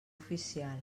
oficial